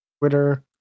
Twitter